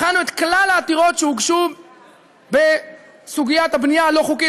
בחנו את כלל העתירות שהוגשו בסוגיית הבנייה הלא-חוקית,